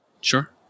sure